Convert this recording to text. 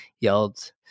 yelled